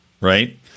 right